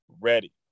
ready